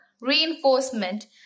reinforcement